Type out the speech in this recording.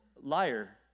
liar